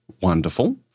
wonderful